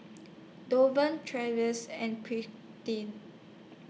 Donavon Tracee and Prudie